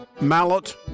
Mallet